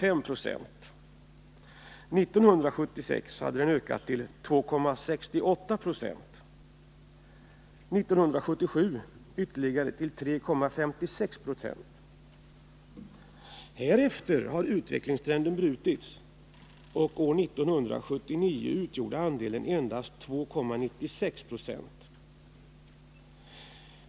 1976 hade andelen ökat till 2,68 20 och 1977 ytterligare till 3,56 20. Härefter har utvecklingstrenden brutits. År 1979 utgjorde andelen endast 2,96 20.